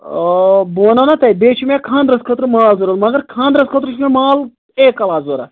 آ بہٕ وَنو نہ تۄہہِ بیٚیہِ چھُ مےٚ خاندرَس خٲطرٕ مال ضوٚرَتھ مگر خاندرَس خٲطرٕ چھُ مےٚ مال اے کٕلاس ضوٚرَتھ